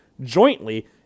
jointly